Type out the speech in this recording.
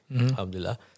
alhamdulillah